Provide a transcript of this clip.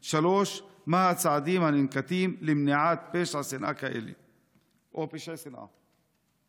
3. מה הצעדים הננקטים למניעת פשעי שנאה כאלה או פשעי שנאה?